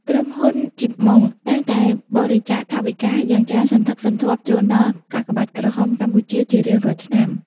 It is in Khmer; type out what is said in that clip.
ក្រុមហ៊ុន ជីប ម៉ុង (Chip Mong) តែងតែបរិច្ចាគថវិកាយ៉ាងច្រើនសន្ធឹកសន្ធាប់ជូនដល់ កាកបាទក្រហមកម្ពុជា ជារៀងរាល់ឆ្នាំ។